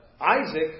Isaac